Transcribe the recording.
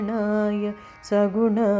Saguna